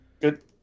Good